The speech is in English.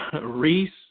Reese